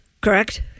Correct